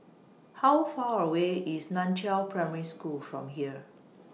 How Far away IS NAN Chiau Primary School from here